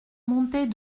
montée